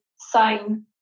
sign